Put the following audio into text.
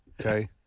okay